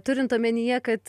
turint omenyje kad